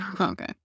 Okay